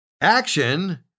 action